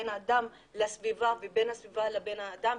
בין האדם לסביבה ובין הסביבה לאדם.